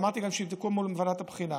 ואמרתי גם שיבדקו מול ועדת הבחינה.